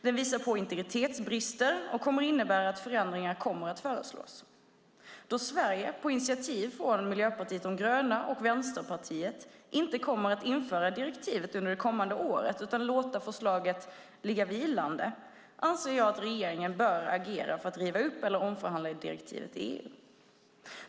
Det visar på integritetsbrister och kommer att innebära att förändringar kommer att föreslås. Då Sverige, på initiativ från Miljöpartiet de gröna och Vänsterpartiet, inte kommer att införa direktivet under det kommande året utan låter förslaget ligga vilande anser jag att regeringen bör agera för att riva upp eller omförhandla direktivet i EU.